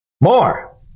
more